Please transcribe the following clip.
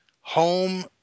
home